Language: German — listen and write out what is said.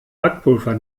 backpulver